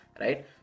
right